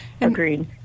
Agreed